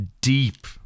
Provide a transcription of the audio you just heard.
deep